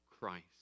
Christ